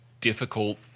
difficult